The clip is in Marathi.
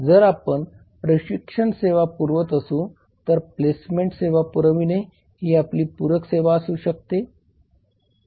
जर आपण प्रशिक्षण सेवा पुरवत असू तर प्लेसमेंट सेवा पुरवणे ही आपली पूरक सेवा असू शकते